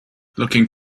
looking